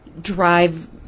drive